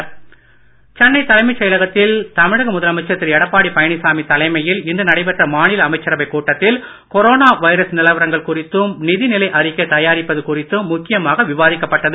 எடப்பாடி சென்னை தலைமைச் செயலகத்தில் தமிழக முதலமைச்சர் திரு எடப்பாடி பழனிசாமி தலைமையில் இன்று நடைபெற்ற மாநில அமைச்சரவைக் கூட்டத்தில் கொரோனா வைரஸ் நிலவரங்கள் குறித்தும் நிதிநிலை அறிக்கை தயாரிப்பது குறித்தும் விவாதிக்கப்பட்டது